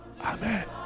Amen